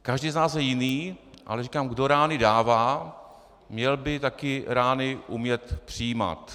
Každý z nás je jiný, ale říkám kdo rány dává, měl by taky rány umět přijímat.